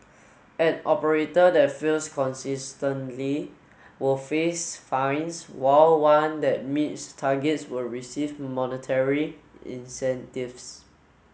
an operator that fails consistently will face fines while one that meets targets will receive monetary incentives